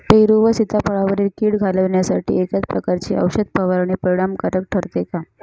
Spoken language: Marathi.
पेरू व सीताफळावरील कीड घालवण्यासाठी एकाच प्रकारची औषध फवारणी परिणामकारक ठरते का?